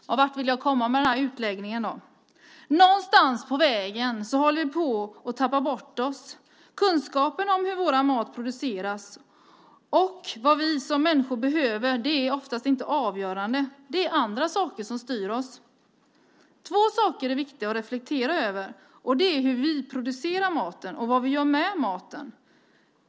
Vart vill jag komma med denna utläggning? Någonstans på vägen håller vi på att tappa bort oss. Kunskapen om hur vår mat produceras och vad vi som människor behöver är oftast inte avgörande. Det är andra saker som styr oss. Två saker är viktiga att reflektera över, nämligen hur vi producerar maten och vad vi gör med den.